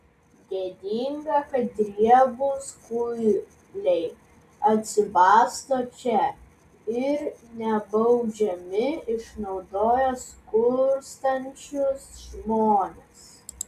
gėdinga kad riebūs kuiliai atsibasto čia ir nebaudžiami išnaudoja skurstančius žmones